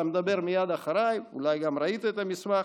אתה מדבר מייד אחריי ואולי גם ראית את המסמך: